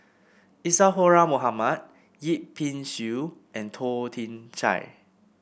Isadhora Mohamed Yip Pin Xiu and Toh Chin Chye